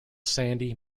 sandy